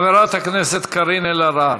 חברת הכנסת קארין אלהרר.